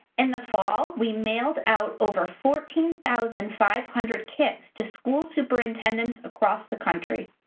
in the fall, we mailed out over fourteen thousand five hundred kits to school superintendents across the country.